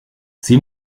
sie